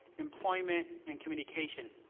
employment and communication.